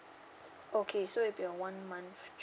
okay so it will be a one month